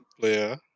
player